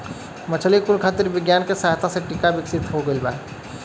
मछली कुल खातिर विज्ञान के सहायता से टीका विकसित हो गइल बा